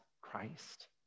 Christ